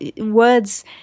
words